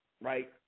Right